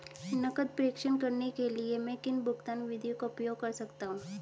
नकद प्रेषण करने के लिए मैं किन भुगतान विधियों का उपयोग कर सकता हूँ?